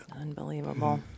Unbelievable